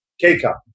K-Cup